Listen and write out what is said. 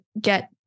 get